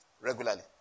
regularly